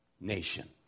nation